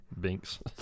Binks